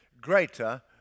greater